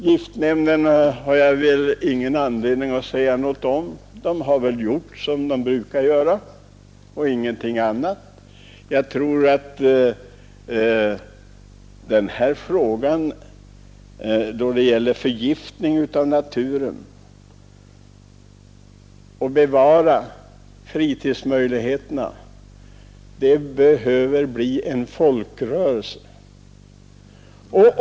Giftnämnden har jag väl ingen anledning att säga någonting om — den har väl gjort som den brukar och inget annat. Kampen mot förgiftning av naturen och strävandena att bevara fritidsmöjligheterna behöver bli en folkrörelse.